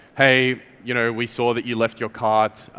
hey, you know we saw that you left your cart,